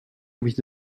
with